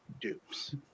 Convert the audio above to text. dupes